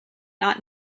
not